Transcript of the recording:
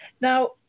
Now